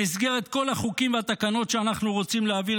במסגרת כל החוקים והתקנות שאנחנו רוצים להעביר